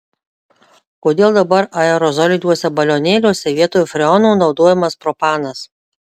kodėl dabar aerozoliniuose balionėliuose vietoj freono naudojamas propanas